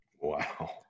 wow